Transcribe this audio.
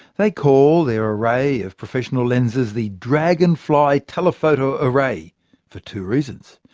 they call their array of professional lenses the dragonfly telephoto array for two reasons.